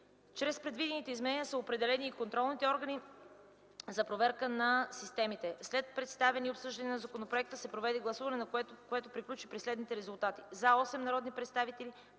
Чрез предвидените изменения са определени и контролните органи за проверка на системите. След представяне и обсъждане на законопроекта се проведе гласуване, което приключи при следните резултати: „за” – 8 народни представители,